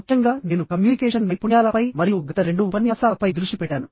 ముఖ్యంగా నేను కమ్యూనికేషన్ నైపుణ్యాలపై మరియు గత రెండు ఉపన్యాసాలపై దృష్టి పెట్టాను